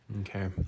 Okay